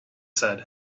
said